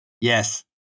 Yes